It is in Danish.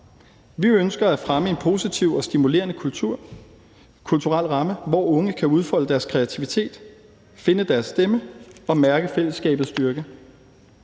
Vi ønsker at fremme en positiv og stimulerende kulturel ramme, hvor unge kan udfolde deres kreativitet, finde deres stemme og mærke fællesskabets styrke.